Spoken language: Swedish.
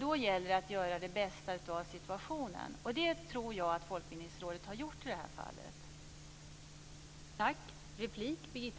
Då gäller det att göra det bästa av situationen. Det tror jag att Folkbildningsrådet i det här fallet har gjort.